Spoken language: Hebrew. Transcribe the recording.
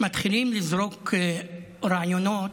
מתחילים לזרוק רעיונות